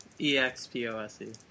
E-X-P-O-S-E